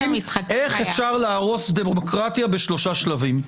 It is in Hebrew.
המשחקים איך אפשר להרוס דמוקרטיה בשלושה שלבים.